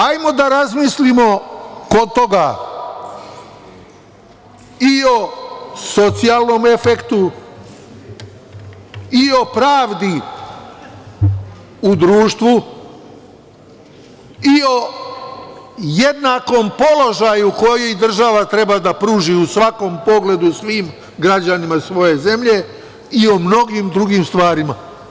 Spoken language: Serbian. Hajde da razmislimo oko toga i o socijalnom efektu i o pravdi u društvu i o jednakom položaju koji državu treba da pruži u svakom pogledu svim građanima svoje zemlje i o mnogim drugim stvarima.